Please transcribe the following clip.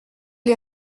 les